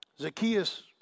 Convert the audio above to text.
Zacchaeus